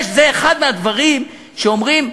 זה אחד מהדברים שאומרים: